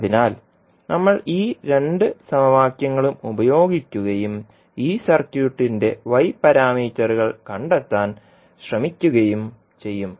അതിനാൽ നമ്മൾ ഈ രണ്ട് സമവാക്യങ്ങളും ഉപയോഗിക്കുകയും ഈ സർക്യൂട്ടിന്റെ y പാരാമീറ്ററുകൾ കണ്ടെത്താൻ ശ്രമിക്കുകയും ചെയ്യും